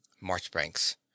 marchbanks